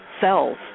cells